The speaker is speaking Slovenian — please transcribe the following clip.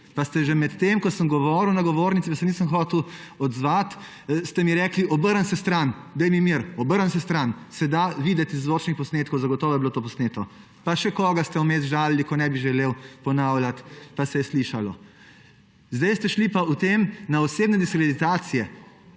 Pa ste mi že med tem, ko sem govoril na govornici pa se nisem hotel odzvati, rekli: »Obrni se stran, daj mi mir, obrni se stran.« Se da slišati z zvočnih posnetkov, zagotovo je bilo to posneto. Pa še koga ste vmes žalili, ne bi želel ponavljati, pa se je slišalo. Zdaj ste šli pa v tem na osebne diskreditacije.